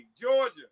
georgia